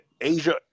Asia